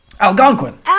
Algonquin